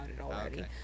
already